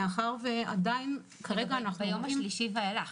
ביום השלישי ואילך.